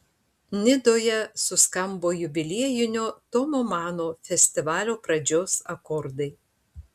nidoje suskambo jubiliejinio tomo mano festivalio pradžios akordai